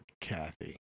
Kathy